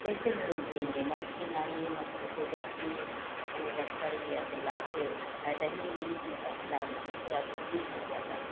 तो कैसे हम लोग जिएँगे मछली मारिए मछली को बेचिए वो अगर सड़ गया तो लाभ फायदा ही नहीं होता है लाभ पूरा पूँजी डूब जाता है